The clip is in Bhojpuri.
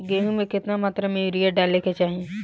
गेहूँ में केतना मात्रा में यूरिया डाले के चाही?